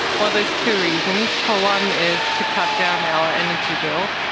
well, there's two reasons. for one, is to cut down our energy bill.